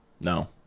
No